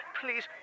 Please